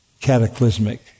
cataclysmic